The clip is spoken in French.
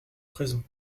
présent